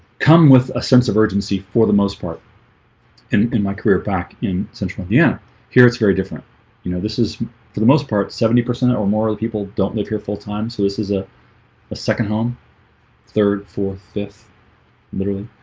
come with a sense of urgency for the most part and in my career back in central. yeah here it's very different you know, this is for the most part seventy percent or more people don't live here full-time. so this is ah a second home third fourth fifth literally,